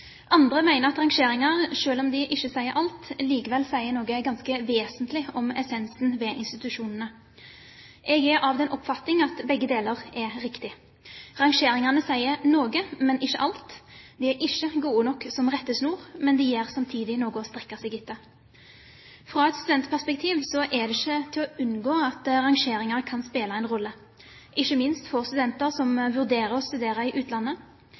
Andre mener at rangeringer, selv om de ikke sier alt, likevel sier noe ganske vesentlig om essensen ved institusjonene. Jeg er av den oppfatning at begge deler er riktig. Rangeringene sier noe, men ikke alt. De er ikke gode nok som rettesnor, men de gir samtidig noe å strekke seg etter. Fra et studentperspektiv er det ikke til å unngå å se at rangeringer kan spille en rolle, ikke minst for studenter som vurderer å studere i utlandet.